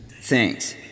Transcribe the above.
Thanks